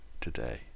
today